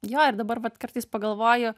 jo ir dabar vat kartais pagalvoju